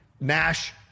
Nash